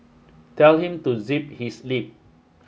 tell him to zip his lip